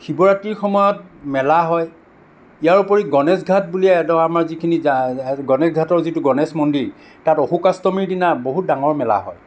শিৱৰাত্ৰিৰ সময়ত মেলা হয় ইয়াৰ উপৰি গণেশ ঘাট বুলি এডৰা আমাৰ যিখিনি গণেশ ঘাটৰ যিটো গণেশ মন্দিৰ তাত অশোকাষ্টমীৰ দিনা বহুত ডাঙৰ মেলা হয়